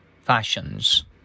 fashions